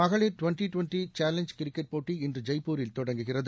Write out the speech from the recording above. மகளிர் twenty twenty challenge cricket போட்டி இன்று ஜெய்ப்பூரில் தொடங்குகிறது